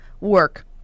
work